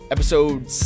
Episode